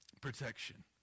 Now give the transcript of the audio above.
protection